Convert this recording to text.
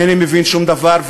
אינני מבין שום דבר,